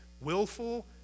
willful